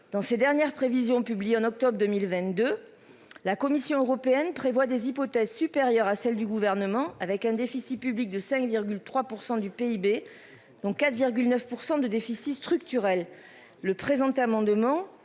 Dans ses dernières prévisions publiées en octobre 2022. La Commission européenne prévoit des hypothèses supérieure à celle du gouvernement, avec un déficit public de 5,3% du PIB, dont 4,9% de déficit structurel. Le présent amendement